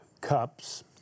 cups